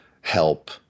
help